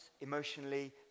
emotionally